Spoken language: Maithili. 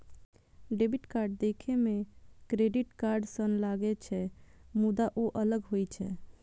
डेबिट कार्ड देखै मे क्रेडिट कार्ड सन लागै छै, मुदा ओ अलग होइ छै